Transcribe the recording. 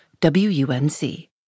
WUNC